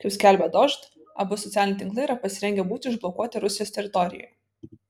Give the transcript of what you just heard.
kaip skelbia dožd abu socialiniai tinklai yra pasirengę būti užblokuoti rusijos teritorijoje